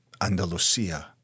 Andalusia